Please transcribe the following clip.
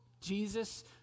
Jesus